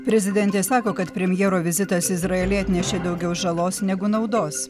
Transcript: prezidentė sako kad premjero vizitas izraelyje atnešė daugiau žalos negu naudos